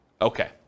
Okay